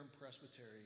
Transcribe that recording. presbytery